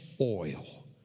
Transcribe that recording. oil